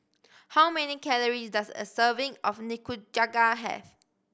how many calories does a serving of Nikujaga have